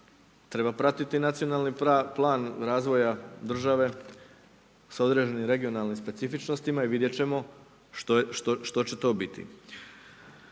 treba pratiti nacionalni plan razvoja države s određenim regionalnim specifičnostima i vidjet ćemo što će to biti.